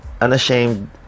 unashamed